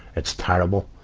it's terrible,